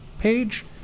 Page